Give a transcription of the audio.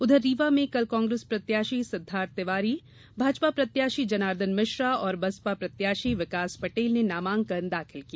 उधर रीवा में कल कांग्रेस प्रत्याशी सिद्दार्थ तिवारी भाजपा प्रत्याशी जनार्दन मिश्रा और बसपा प्रतयाशी विकास पटेल ने नामांकन दाखिल किया